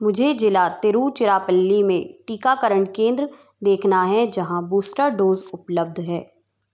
मुझे जिला तिरुचिरापल्ली में टीकाकरण केंद्र देखना है जहाँ बूस्टर डोज़ उपलब्ध है